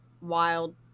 wild